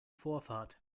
vorfahrt